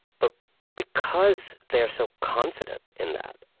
but because they are so confident in that,